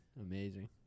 Amazing